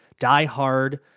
diehard